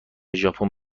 ژاپن